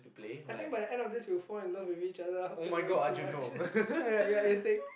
I think by the end of this we will fall in love with each other after knowing so much right ya you are saying